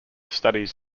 studies